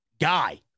guy